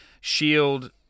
Shield